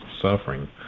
suffering